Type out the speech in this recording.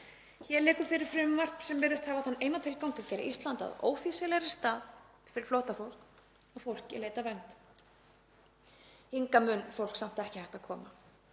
Hér liggur fyrir frumvarp sem virðist hafa þann eina tilgang að gera Ísland að ófýsilegri stað fyrir flóttafólk og fólk í leit að vernd. Hingað mun fólk samt ekki hætta að koma